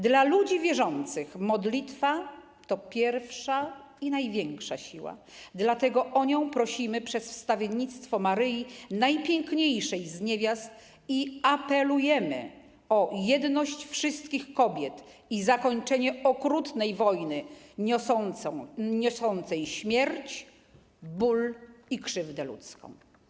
Dla ludzi wierzących modlitwa to pierwsza i największa siła, dlatego o nią prosimy przez wstawiennictwo Maryi, najpiękniejszej z niewiast, i apelujemy o jedność wszystkich kobiet i zakończenie okrutnej wojny niosącej śmierć, ból i krzywdę ludzką.